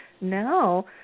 now –